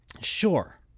Sure